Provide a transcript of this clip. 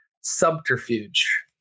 subterfuge